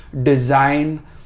design